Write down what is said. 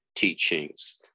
teachings